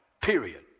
period